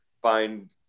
find